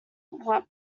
what